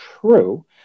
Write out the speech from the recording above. true